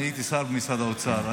הייתי שר במשרד האוצר.